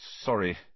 Sorry